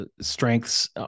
strengths